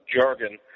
jargon